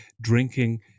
drinking